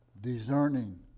discerning